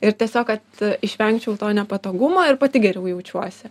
ir tiesiog kad išvengčiau to nepatogumo ir pati geriau jaučiuosi